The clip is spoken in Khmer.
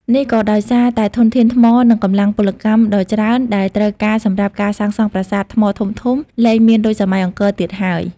នេះក៏ដោយសារតែធនធានថ្ម និងកម្លាំងពលកម្មដ៏ច្រើនដែលត្រូវការសម្រាប់ការសាងសង់ប្រាសាទថ្មធំៗលែងមានដូចសម័យអង្គរទៀតហើយ។